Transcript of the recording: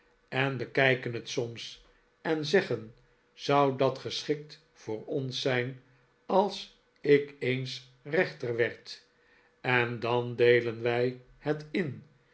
en bekijken het soms en zeggen zou dat geschikt voor ons zijn als ik eens rechter werd en dan deelen wij het in